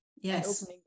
yes